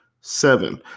Seven